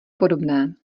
podobné